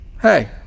hey